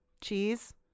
Cheese